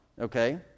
okay